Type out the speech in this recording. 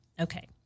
Okay